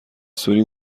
سوری